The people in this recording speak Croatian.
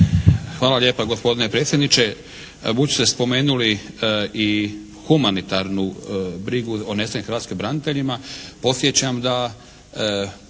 Hvala lijepa gospodine predsjedniče. Budući ste spomenuli i humanitarnu brigu o nesretnim hrvatskim braniteljima podsjećam da